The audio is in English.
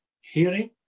hearing